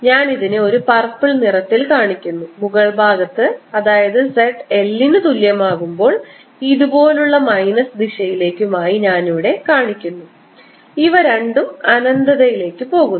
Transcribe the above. ഞാൻ ഇതിനെ ഒരു പർപ്പിൾ നിറത്തിൽ കാണിക്കുന്നു മുകൾ ഭാഗത്ത് അതായത് Z L നു തുല്യം ആകുമ്പോൾ ഇതുപോലുള്ള മൈനസ് ദിശയിലേക്കും ആയി ഞാൻ ഇവിടെ കാണിക്കുന്നു ഇവ രണ്ടും അനന്തതയിലേക്ക് പോകുന്നു